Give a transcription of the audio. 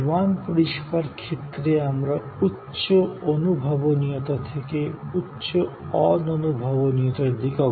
বিমান পরিষেবার ক্ষেত্রে আমরা উচ্চ স্পষ্টতা থেকে উচ্চতর অদৃশ্যতার দিকে যাচ্ছি